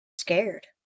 scared